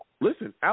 Listen